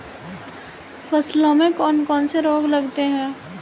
फसलों में कौन कौन से रोग लगते हैं?